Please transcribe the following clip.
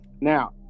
Now